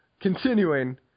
continuing